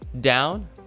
down